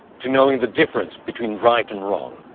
to knowing the difference between right and wrong?